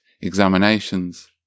examinations